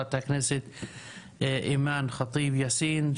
וחה"כ אימאן ח'טיב-יאסין,